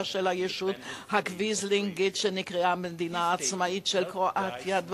של הישות הקוויזלינגית שנקראה "המדינה העצמאית של קרואטיה".